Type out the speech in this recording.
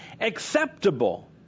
acceptable